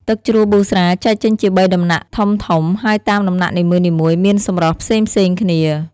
ទឹកជ្រោះប៊ូស្រាចែកចេញជាបីដំណាក់ធំៗ ហើយតាមដំណាក់នីមួយៗមានសម្រស់ផ្សេងៗគ្នា។